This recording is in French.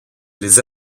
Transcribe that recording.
les